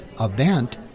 event